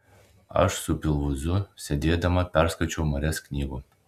aš su pilvūzu sėdėdama perskaičiau marias knygų